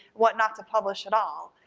what not to publish at all.